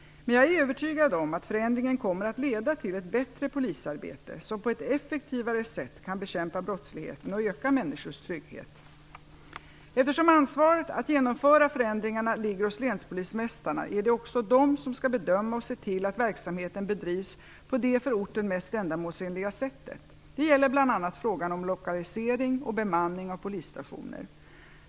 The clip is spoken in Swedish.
Men jag är övertygad om att förändringen kommer att leda till ett bättre polisarbete, som på ett effektivare sätt kan bekämpa brottsligheten och öka människors trygghet. Eftersom ansvaret att genomföra förändringarna ligger hos länspolismästarna är det också de som skall bedöma och se till att verksamheten bedrivs på det för orten mest ändamålsenliga sättet. Det gäller bl.a. frågan om lokalisering och bemanning av polisstationer.